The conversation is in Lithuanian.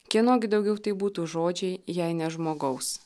kieno gi daugiau tai būtų žodžiai jei ne žmogaus